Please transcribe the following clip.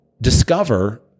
discover